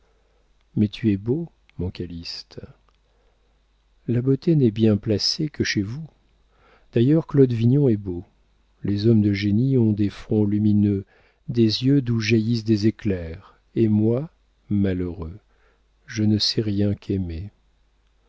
mais tu es beau mon calyste la beauté n'est bien placée que chez vous d'ailleurs claude vignon est beau les hommes de génie ont des fronts lumineux des yeux d'où jaillissent des éclairs et moi malheureux je ne sais rien qu'aimer